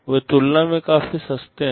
वे तुलना में काफी सस्ते हैं